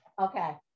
Okay